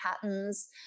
patterns